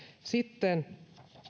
sitten